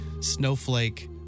snowflake